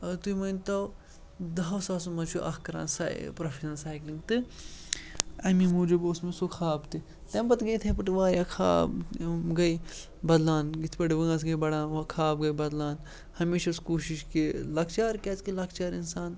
تُہۍ مٲنۍتو دَہَو ساسو منٛز چھُ اَکھ کَران سا پرٛوفٮ۪شنَل سایکلِنٛگ تہٕ اَمہِ موٗجوٗب اوس مےٚ سُہ خاب تہِ تَمہِ پَتہٕ گٔے یِتھَے پٲٹھۍ واریاہ خاب یِم گٔے بَدلان یِتھ پٲٹھۍ وٲنٛس گٔے بَڑان وٕ خاب گٔے بَدلان ہمیشہٕ ٲس کوٗشِش کہِ لۄکچارٕ کیٛازِکہِ لۄکچار اِنسان